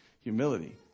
humility